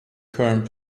current